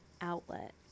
outlet